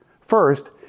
First